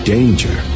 Danger